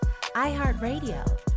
iHeartRadio